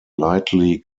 lightly